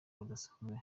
budasanzwe